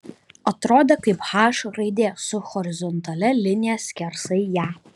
atrodė kaip h raidė su horizontalia linija skersai ją